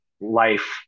life